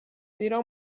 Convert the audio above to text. زیرا